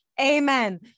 amen